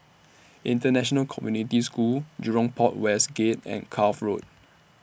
International Community School Jurong Port West Gate and Cuff Road